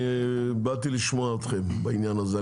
ובאתי לשמוע אתכם בעניין הזה.